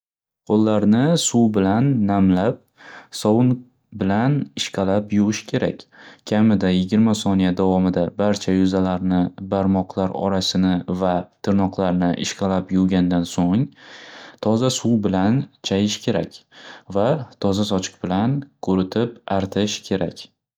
Qo'llarni suv bilan namlab sovun bilan ishqalab yuvish kerak kamida yigirma soniya davomida barcha yuzalarni barmoqlar orasini va tirnoqlarni ishqalab yuvgandan so'ng toza suv bilan chayish kerak va toza sochiq bilan quritib artish kerak.